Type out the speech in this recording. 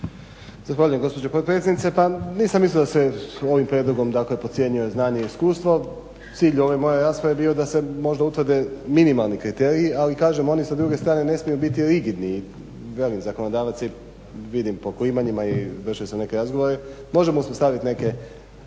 Zahvaljujem gospođo potpredsjednice. Pa nisam mislio da se ovim prijedlogom dakle podcjenjuje znanje i iskustvo, cilj ove moje rasprave je bio da se možda utvrde minimalni kriteriji, ali kažem oni sa druge strane ne smiju biti rigidni i velim zakonodavac je, vidim po klimanjima i vršio sam neke razgovore, možemo uspostavit neke niže